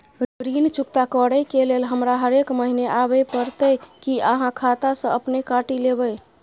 ऋण चुकता करै के लेल हमरा हरेक महीने आबै परतै कि आहाँ खाता स अपने काटि लेबै?